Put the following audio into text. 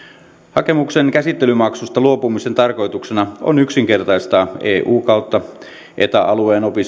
hakemuksen käsittelymaksusta luopumisen tarkoituksena on yksinkertaistaa eu ja eta alueen